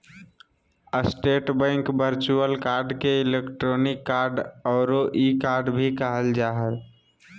state bank virtual card के electronic card औरो e card भी कहल जा हइ